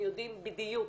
הם יודעים בדיוק,